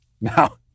Now